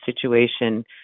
situation